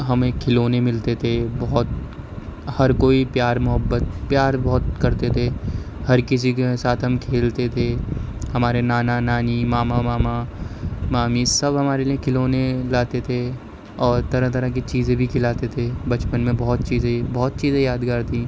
ہمیں کھلونے ملتے تھے بہت ہر کوئی پیار محبت پیار بہت کرتے تھے ہر کسی کے ساتھ ہم کھیلتے تھے ہمارے نانا نانی ماما ماما مامی سب ہمارے لیے کھلونے لاتے تھے اور طرح طرح کی چیزیں بھی کھلاتے تھے بچپن میں بہت چیزیں بہت چیزیں یادگار تھیں